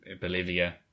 Bolivia